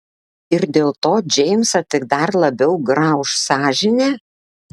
ir dėl to džeimsą tik dar labiau grauš sąžinė